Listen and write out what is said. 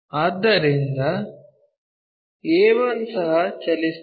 ಆದ್ದರಿಂದ a1 ಸಹ ಚಲಿಸುತ್ತದೆ